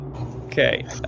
Okay